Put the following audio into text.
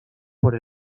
por